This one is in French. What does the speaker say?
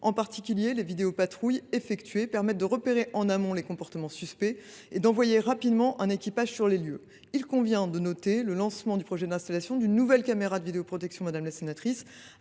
le secteur. Les vidéopatrouilles effectuées permettent en particulier de repérer, en amont, les comportements suspects et d’envoyer rapidement un équipage sur les lieux. Il convient de noter le lancement du projet d’installation d’une nouvelle caméra de vidéoprotection à l’angle